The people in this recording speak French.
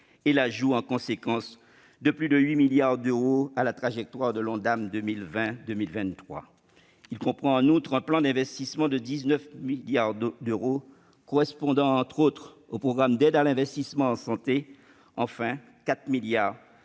et l'ajout en conséquence de plus de 8 milliards d'euros à la trajectoire de l'Ondam pour 2020-2023. Il comprend en outre un plan d'investissement de 19 milliards d'euros correspondant, entre autres, au programme d'aides à l'investissement en santé. Enfin, 4,3 milliards